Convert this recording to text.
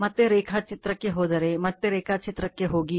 ಮತ್ತೆ ರೇಖಾಚಿತ್ರಕ್ಕೆ ಹೋದರೆ ಮತ್ತೆ ರೇಖಾಚಿತ್ರಕ್ಕೆ ಹೋಗಿ